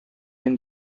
been